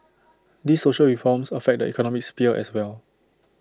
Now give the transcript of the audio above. these social reforms affect the economic sphere as well